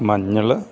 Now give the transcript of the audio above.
മഞ്ഞൾ